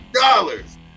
dollars